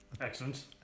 Excellent